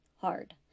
hard